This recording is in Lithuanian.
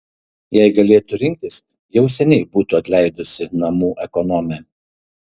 jei galėtų rinktis jau seniai būtų atleidusi namų ekonomę